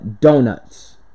Donuts